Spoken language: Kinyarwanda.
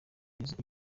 kugeza